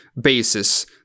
basis